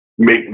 Make